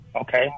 okay